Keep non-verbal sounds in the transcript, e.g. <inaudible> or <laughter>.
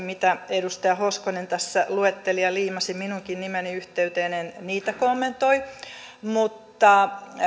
<unintelligible> mitä edustaja hoskonen tässä luetteli ja liimasi minunkin nimeni yhteyteen kommentoi mutta